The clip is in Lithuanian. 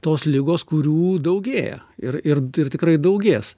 tos ligos kurių daugėja ir ir ir tikrai daugės